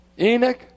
Enoch